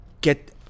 get